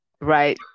right